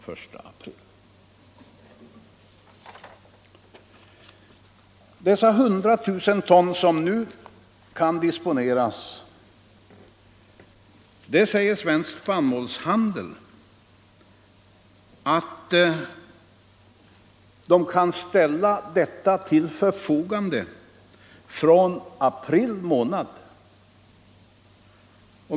Svensk spannmålshandel säger att de 100 000 ton som nu kan disponeras kan ställas till förfogande från april månad.